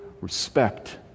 respect